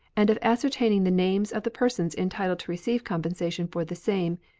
and of ascertaining the names of the persons entitled to receive compensation for the same,